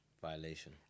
Violation